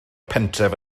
pentref